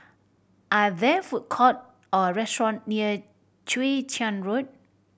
are there food court or restaurant near Chwee Chian Road